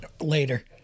later